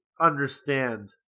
understand